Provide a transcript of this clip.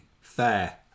fair